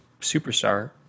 superstar